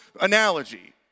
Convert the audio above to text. analogy